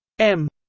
m.